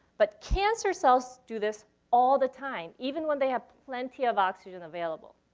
but cancer cells do this all the time, even when they have plenty of oxygen available.